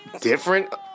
Different